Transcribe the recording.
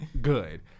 good